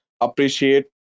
appreciate